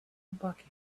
bucket